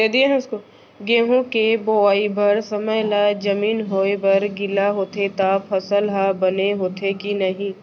गेहूँ के बोआई बर समय ला जमीन होये बर गिला होथे त फसल ह बने होथे की नही?